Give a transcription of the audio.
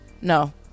No